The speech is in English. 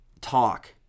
talk